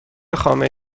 خامه